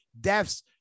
deaths